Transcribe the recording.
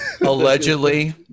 Allegedly